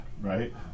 right